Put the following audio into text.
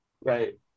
Right